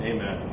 Amen